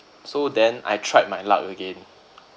so then I tried my luck again